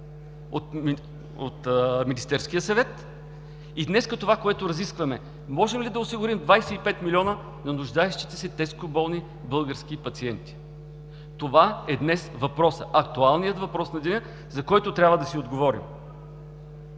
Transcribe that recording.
от Министерския съвет и днес, това което разискваме: можем ли да осигурим 25 милиона на нуждаещите се тежко болни български пациенти? Това е днес актуалният въпрос на деня, на който трябва да си отговорим.